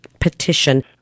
petition